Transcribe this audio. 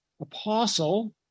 apostle